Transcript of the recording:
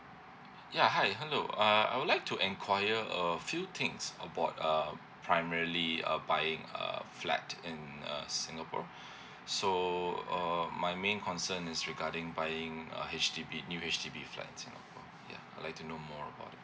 ya hi hello uh I would like to enquire a few things about um primarily uh buying a flat in uh singapore so uh my main concern is regarding buying a H_D_B new H_D_B flat ya I'd like to know more about it